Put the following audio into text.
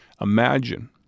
imagine